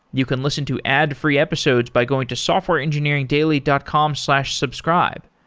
you can listen to ad-free episodes by going to softwareengineeringdaily dot com slash subscribe.